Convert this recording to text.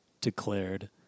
declared